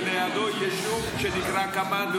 ולידו יישוב שנקרא כמאנה,